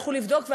הלכו לבדוק.